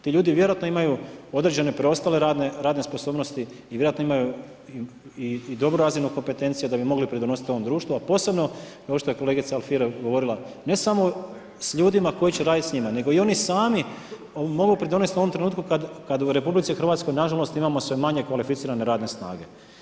Ti ljudi vjerojatno imaju određene preostale radne sposobnosti i vjerojatno imaju i dobru razinu kompetencija da bi mogli pridonositi ovom društvu a posebno ovo što je kolegica Alfirev govorila, ne samo s ljudima koji će radit s njima nego i oni sami mogu pridonesti u ovom trenutku kad u RH nažalost imamo sve manje kvalificirane radne snage.